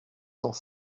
cent